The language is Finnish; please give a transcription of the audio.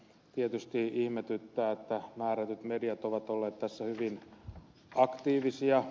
tietysti ihmetyttää että määrätyt mediat ovat olleet tässä hyvin aktiivisia